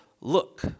Look